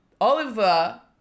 Oliver